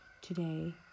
Today